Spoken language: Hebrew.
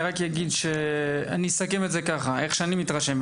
אני אסכם את זה כפי שאני מתרשם,